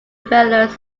failures